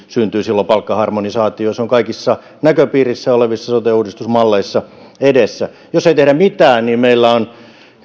syntyy silloin palkkaharmonisaatio se on kaikissa näköpiirissä olevissa sote uudistusmalleissa edessä jos ei tehdä mitään niin meillä on